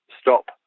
stop